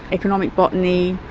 economic botany,